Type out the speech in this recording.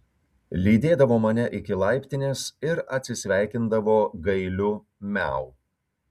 lydėdavo mane iki laiptinės ir atsisveikindavo gailiu miau